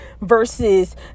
versus